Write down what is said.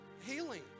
healing